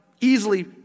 easily